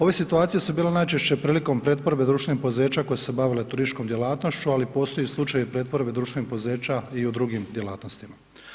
Ove situacije su bile najčešće prilikom pretvorbe društvenih poduzeća koje su se bavile turističkom djelatnošću, ali postoje slučajevi pretvorbe društvenih poduzeća i u drugim djelatnostima.